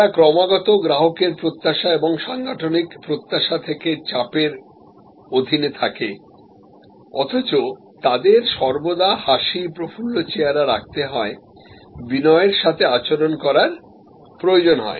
তারা ক্রমাগত গ্রাহকের প্রত্যাশা এবং সাংগঠনিক প্রত্যাশা থেকে চাপের অধীনে থাকে অথচ তাদের সর্বদা হাসি প্রফুল্ল চেহারা রাখতে হয় বিনয়ের সাথে আচরণ করার প্রয়োজন হয়